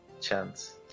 chance